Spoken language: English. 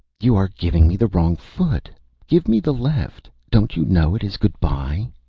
you are giving me the wrong foot give me the left don't you know it is good-bye?